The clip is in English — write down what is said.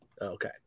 Okay